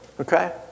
Okay